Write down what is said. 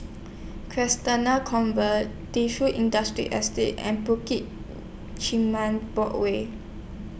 Convent Defu Industrial Estate and Bukit Chermin Board Way